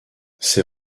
ses